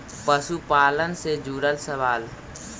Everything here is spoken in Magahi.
पशुपालन से जुड़ल सवाल?